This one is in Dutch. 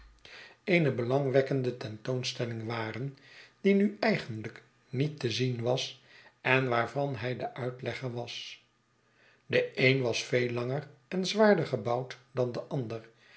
eene belangwekkende tentoonstelling waren die nu eigenlijk niet te zien was en waarvan hij de uitlegger was de een was veel langer en zwaarder gebouwd dan de ander